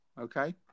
okay